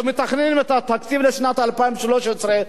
שמתכננים את התקציב לשנת 2013,